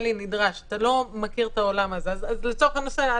זאת אומרת, אז גם לרואי חשבון אנחנו מתחילים.